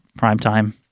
Primetime